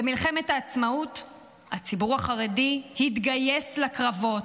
במלחמת העצמאות הציבור החרדי התגייס לקרבות.